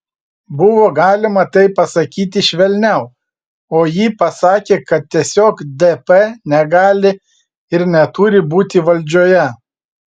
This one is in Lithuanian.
buvo galima tai pasakyti švelniau o ji pasakė kad tiesiog dp negali ir neturi būti valdžioje